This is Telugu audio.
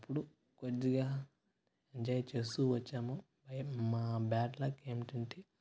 అప్పుడు కొద్దిగా ఎంజాయ్ చేస్తూ వచ్చాము ఏం మా బ్యాడ్ లక్ ఏమిటంటే